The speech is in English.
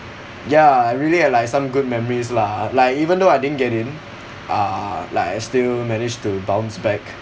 ya really like some good memories lah like even though I didn't get in uh like I still managed to bounce back